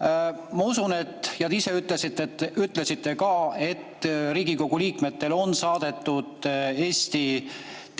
Ma usun, ja te ise ütlesite ka, et Riigikogu liikmetele on saadetud Eesti